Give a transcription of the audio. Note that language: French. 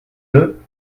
deux